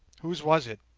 whose was it?